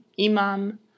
imam